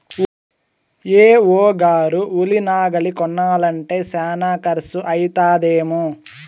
AO గారు ఉలి నాగలి కొనాలంటే శానా కర్సు అయితదేమో